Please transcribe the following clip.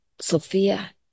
Sophia